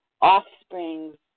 offspring